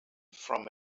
from